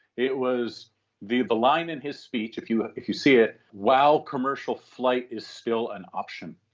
it was the the line in his speech, if you ah if you see it, while commercial flight is still an option.